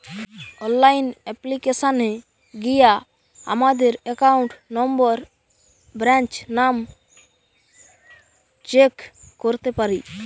online অ্যাপ্লিকেশানে গিয়া আমাদের একাউন্ট নম্বর, ব্রাঞ্চ নাম চেক করতে পারি